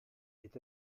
est